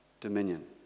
dominion